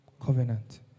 covenant